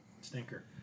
stinker